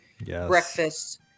breakfast